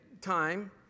time